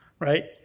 Right